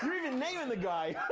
even naming the guy.